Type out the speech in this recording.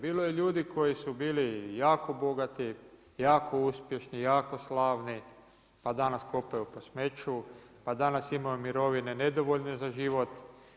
Bilo je ljudi koji su bili jako bogati, jako uspješni, jako slavni, pa danas kopaju po smeću, pa danas imaju mirovine nedovoljne za život.